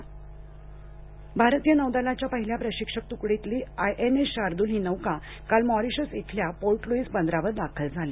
INS Shardul भारतीय नौदलाच्या पहिल्या प्रशिक्षक तुकडीतली आयएनएस शार्दूल ही नौका काल मॉरिशस इथल्या पोर्ट लुईस या बंदरावर दाखल झाली